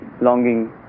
longing